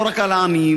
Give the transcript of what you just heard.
לא רק על העניים,